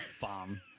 Bomb